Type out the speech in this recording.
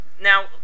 Now